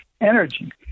energy